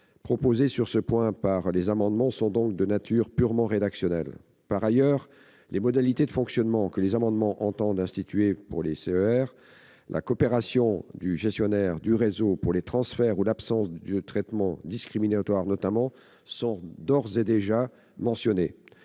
proposées par les amendements sur ce point sont donc de nature purement rédactionnelle. Par ailleurs, les modalités de fonctionnement que les amendements visent à instituer pour les CER, notamment, la coopération du gestionnaire du réseau pour les transferts ou l'absence de traitement discriminatoire, sont d'ores et déjà mentionnées.